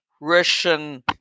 Russian